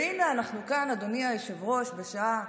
והינה, אנחנו כאן, אדוני היושב-ראש, בשעה